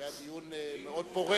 שהיה דיון מאוד פורה.